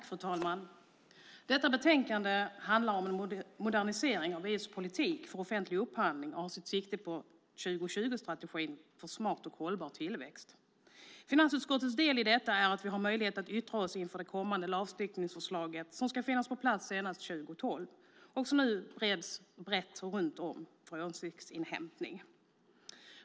Fru talman! Detta utlåtande handlar om en modernisering av EU:s politik för offentlig upphandling och har sitt sikte på 2020-strategin för smart och hållbar tillväxt. Finansutskottets del i detta är att vi har möjlighet att yttra oss inför det kommande lagstiftningsförslag som ska finnas på plats senast 2012 och som nu brett går runt för åsiktsinhämtning.